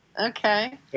Okay